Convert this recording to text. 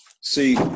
See